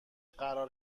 قرار